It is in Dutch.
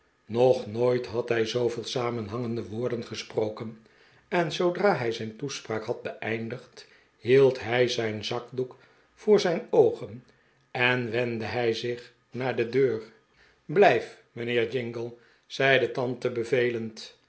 nog nooit had hij zooveel samenhangende woorden gesproken en zoodra hij zijn toespraak had beeindigd hield hij zijn zakdoek voor zijn oogen en wendde hij zich naar de deur blijf mijnheer jingle zei de tante bevelend